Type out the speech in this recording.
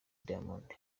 diamond